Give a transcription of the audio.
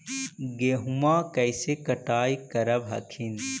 गेहुमा कैसे कटाई करब हखिन?